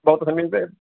भवतः समीपे